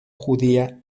judía